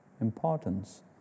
importance